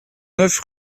neuf